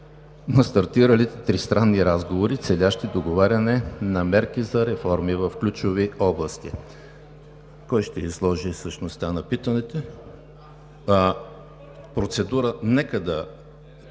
…на стартиралите тристранни разговори, целящи договаряне на мерки за реформи в ключови области. Кой ще изложи същността на питането? (Реплика от